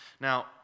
Now